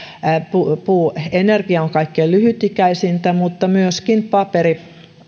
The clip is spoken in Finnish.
puuenergia on kaikkein lyhytikäisintä mutta myöskin